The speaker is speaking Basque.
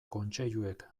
kontseiluek